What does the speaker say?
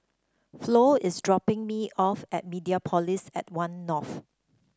Flo is dropping me off at Mediapolis at One North